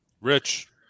rich